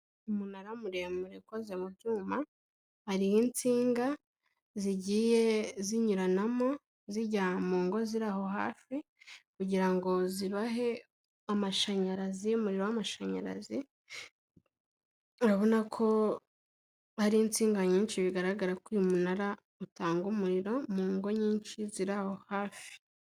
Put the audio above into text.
Umunara muremure ukoze mu byuma, hariho insinga zigiye zinyuranamo zijya mu ngo ziri aho hafi kugira ngo zibahe amashanyarazi, umuriro w'amashanyarazi, urabona ko hariho insinga nyinshi bigaragara ko uyu munara utanga umuriro mu ngo nyinshi ziri aho hafi.